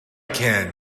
can